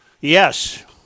Yes